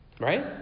Right